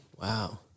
Wow